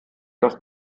dass